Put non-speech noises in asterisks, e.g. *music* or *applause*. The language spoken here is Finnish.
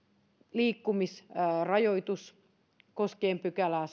liikkumisrajoitus koskien sadattakahdeksattatoista pykälää *unintelligible*